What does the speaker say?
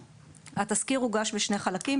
התסקיר הוגש בשני חלקים,